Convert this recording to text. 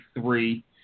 three